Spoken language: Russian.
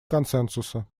консенсуса